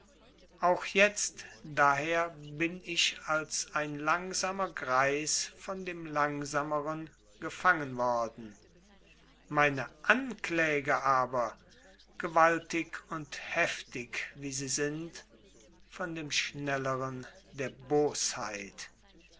auch jetzt daher bin ich als ein langsamer greis von dem langsameren gefangen worden meine ankläger aber gewaltig und heftig wie sie sind von dem schnelleren der